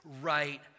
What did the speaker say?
right